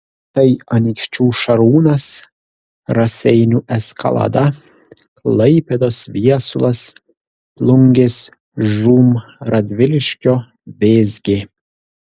tai anykščių šarūnas raseinių eskalada klaipėdos viesulas plungės žūm radviliškio vėzgė